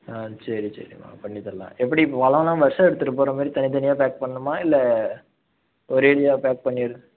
ஆ சரி சரிமா பண்ணி தரலாம் எப்படி பழலாம் ஃப்ரெஷாக எடுத்துகிட்டு போகற மாதிரி தனி தனியாக பேக் பண்ணுமா இல்லை ஒரேடியாக பேக் பண்ணி